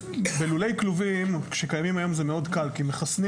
בלולי כלובים שקיימים היום, זה מאוד קל כי מחסנים.